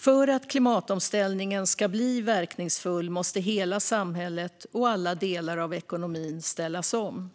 För att klimatomställningen ska bli verkningsfull måste hela samhället och alla delar av ekonomin ställas om.